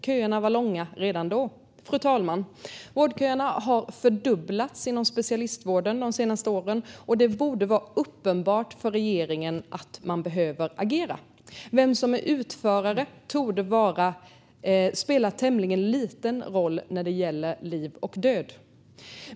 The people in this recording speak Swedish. Köerna var långa redan då. Fru talman! Vårdköerna inom specialistvården har fördubblats de senaste åren. Det borde vara uppenbart för regeringen att man behöver agera. Vem som är utförare torde spela tämligen liten roll när det gäller liv och död.